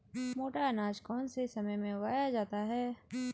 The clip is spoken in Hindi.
मोटा अनाज कौन से समय में उगाया जाता है?